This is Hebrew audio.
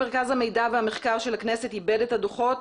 מרכז המחקר והמידע של הכנסת עיבד את הדוחות